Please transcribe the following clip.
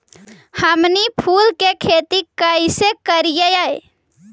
हमनी फूल के खेती काएसे करियय?